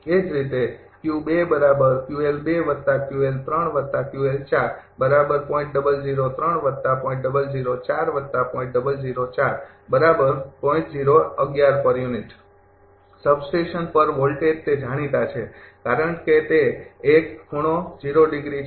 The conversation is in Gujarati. એ જ રીતે સબસ્ટેશન પર વોલ્ટેજ તે જાણીતા છે કારણ કે તે છે